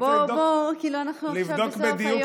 אנחנו עכשיו בסוף היום.